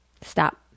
stop